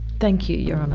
thank you, your honour.